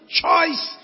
choice